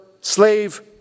slave